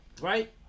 right